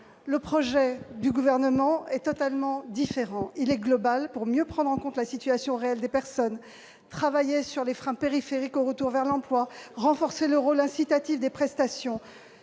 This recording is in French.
Le projet du Gouvernement est totalement différent : il est global pour mieux prendre en compte la situation réelle des personnes. Nous voulons travailler sur la question des freins périphériques au retour vers l'emploi et renforcer le rôle incitatif des prestations.